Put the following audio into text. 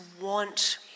want